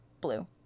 blue